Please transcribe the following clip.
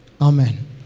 amen